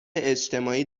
اجتماعی